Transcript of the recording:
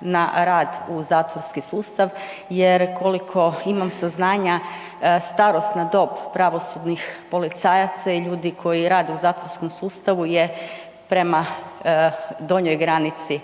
na rad u zatvorski sustav jer koliko imam saznanja starosna dob pravosudnih policajaca i ljudi koji rade u zatvorskom sustavu je prema donjoj granici,